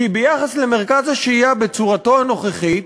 כי ביחס למרכז השהייה בצורתו הנוכחית